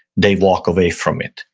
they walk away from it.